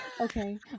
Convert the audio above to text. okay